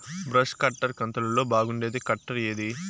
Brush cutter కంతులలో బాగుండేది cutter ఏది?